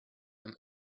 him